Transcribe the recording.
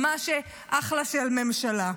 ממש אחלה של ממשלה.